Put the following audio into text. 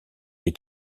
est